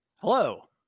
Hello